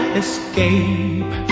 escape